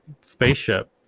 spaceship